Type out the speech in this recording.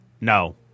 No